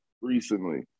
recently